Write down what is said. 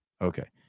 Okay